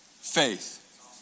faith